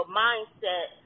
mindset